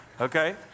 okay